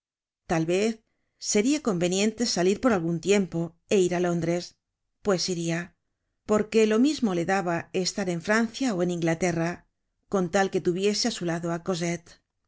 tal vez seria conveniente salir por algun tiempo é ir á londres pues iria porque lo mismo le daba estar en francia ó en inglaterra con tal que tuviese á su lado